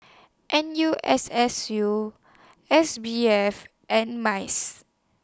N U S S U S B F and Mice